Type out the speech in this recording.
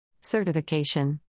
Certification